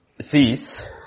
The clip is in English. sees